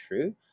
true